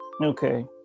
Okay